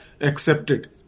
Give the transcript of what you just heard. accepted